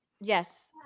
Yes